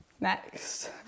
next